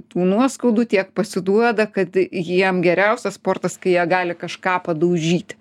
tų nuoskaudų tiek pasiduoda kad jiem geriausias sportas kai jie gali kažką padaužyt